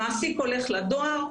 המעסיק הולך לדואר,